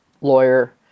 lawyer